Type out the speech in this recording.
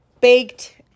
baked